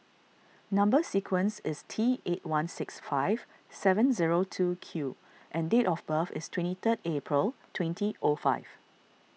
Number Sequence is T eight one six five seven zero two Q and date of birth is twenty third April twenty o five